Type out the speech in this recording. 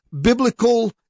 biblical